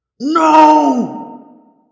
No